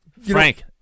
Frank